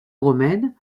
romaine